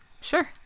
Sure